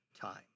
time